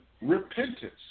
repentance